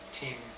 team